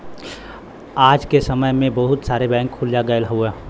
आज के समय में बहुत सारे बैंक खुल गयल हौ